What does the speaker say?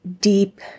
deep